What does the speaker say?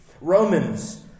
Romans